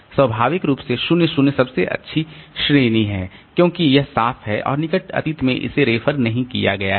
स्वाभाविक रूप से 0 0 सबसे अच्छी श्रेणी है क्योंकि यह साफ है और निकट अतीत में इसे रेफर नहीं किया गया है